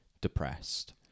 depressed